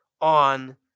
on